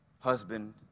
husband